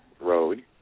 Road